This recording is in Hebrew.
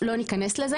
לא ניכנס לזה